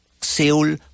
Seoul